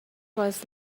was